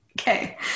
Okay